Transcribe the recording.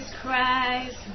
Christ